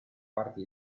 parte